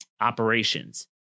operations